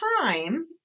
time